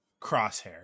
crosshair